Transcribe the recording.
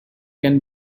can